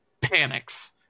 panics